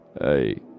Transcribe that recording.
Hey